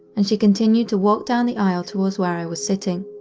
and she continued to walk down the aisle towards where i was sitting.